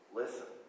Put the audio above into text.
listen